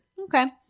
Okay